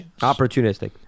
Opportunistic